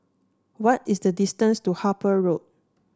what is the distance to Harper Road